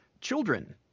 children